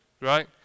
right